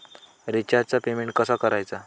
रिचार्जचा पेमेंट कसा करायचा?